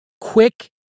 Quick